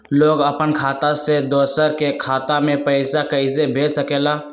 लोग अपन खाता से दोसर के खाता में पैसा कइसे भेज सकेला?